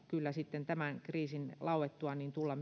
kyllä tämän kriisin lauettua tulla